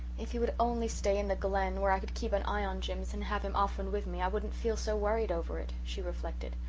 if he would only stay in the glen, where i could keep an eye on jims and have him often with me i wouldn't feel so worried over it, she reflected.